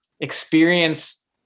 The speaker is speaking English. experience